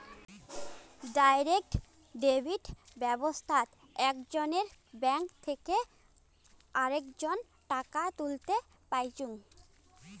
direct debit ব্যাবস্থাত একজনের bank থেকে আরেকজন টাকা তুলতে পাইচুঙ